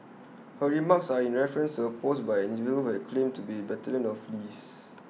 her remarks are in reference to A post by an individual who claimed to be battalion mate of Lee's